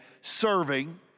serving